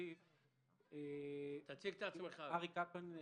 אריק קפלן,